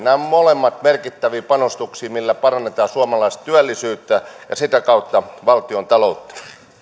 nämä ovat molemmat merkittäviä panostuksia millä parannetaan suomalaista työllisyyttä ja sitä kautta valtiontaloutta